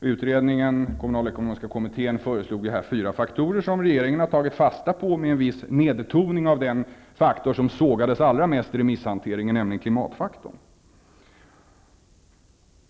Den kommunalekonomiska kommittén föreslog fyra faktorer som regeringen har tagit fasta på, med en viss nedtoning av den faktor som sågades allra mest i remisshanteringen, nämligen klimatfaktorn.